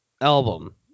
album